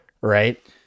right